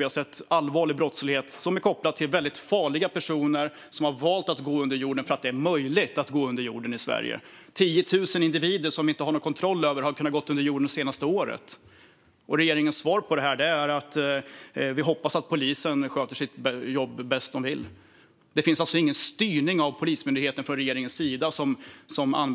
Vi har sett allvarlig brottslighet som är kopplad till väldigt farliga personer som valt att gå under jorden för att det är möjligt att gå under jorden i Sverige. 10 000 individer som vi inte har någon kontroll över har kunnat gå under jorden det senaste året. Regeringens svar på det här är att man hoppas att polisen sköter sitt jobb bäst den vill. Det finns alltså ingen styrning av Polismyndigheten från regeringens sida vad